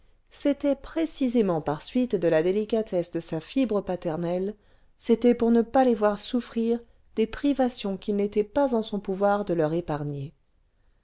c'était précisément par suite de la délicatesse de sa fibre paternelle c'était pour ne pas les voir souffrir des privations qu'il n'était pas en son pouvoir de leur épargner